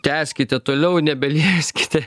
tęskite toliau nebelieskite